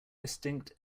distinct